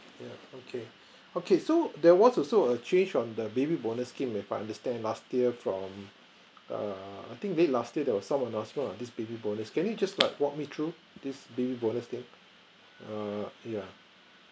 yeah okay okay so there was also a change on the baby bonus scheme if I understand last year from err I think made last year there were some announcement this baby bonus can you just like walk me through this baby bonus scheme err yeah